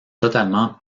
totalement